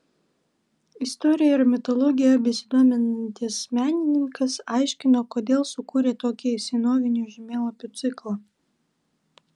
istorija ir mitologija besidomintis menininkas aiškino kodėl sukūrė tokį senovinių žemėlapių ciklą